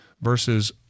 versus